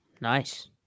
nice